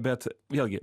bet vėlgi